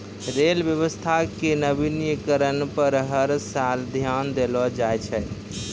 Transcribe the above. rail व्यवस्था के नवीनीकरण पर हर साल ध्यान देलो जाय छै